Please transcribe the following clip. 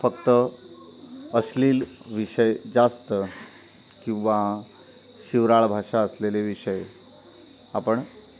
फक्त अश्लील विषय जास्त किंवा शिवराळ भाषा असलेले विषय आपण